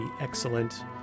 excellent